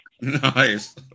Nice